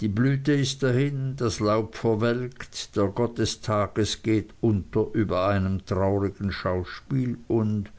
die blüte ist dahin das laub verwelkt der gott des tages geht unter über einem traurigen schauspiel und